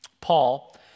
Paul